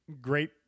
great